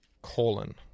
Colon